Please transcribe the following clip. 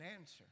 answer